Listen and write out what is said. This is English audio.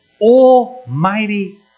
Almighty